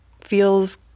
feels